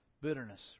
bitterness